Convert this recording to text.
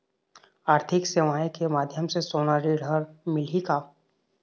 आरथिक सेवाएँ के माध्यम से सोना ऋण हर मिलही का?